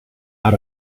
out